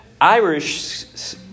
Irish